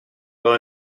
par